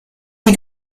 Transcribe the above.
die